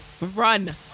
run